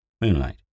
Moonlight